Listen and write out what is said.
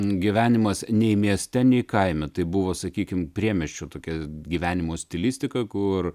gyvenimas nei mieste nei kaime tai buvo sakykim priemiesčio tokia gyvenimo stilistika kur